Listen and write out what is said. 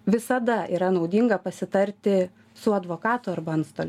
visada yra naudinga pasitarti su advokatu arba antstoliu